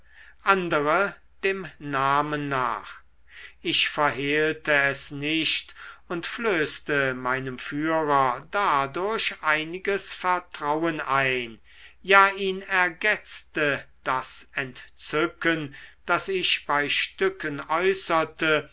andere dem namen nach ich verhehlte es nicht und flößte meinem führer dadurch einiges vertrauen ein ja ihn ergetzte das entzücken das ich bei stücken äußerte